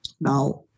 Now